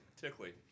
Tickly